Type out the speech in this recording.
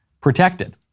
protected